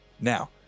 Now